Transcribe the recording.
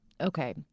okay